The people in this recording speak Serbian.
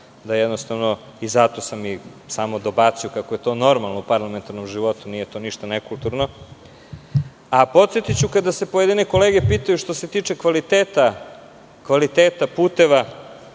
kaže o tome i zato sam i samo dobacio kako je to normalno u parlamentarnom životu. Nije to ništa nekulturno. Kada se pojedine kolege pitaju što se tiče kvaliteta puteva,